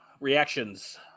Reactions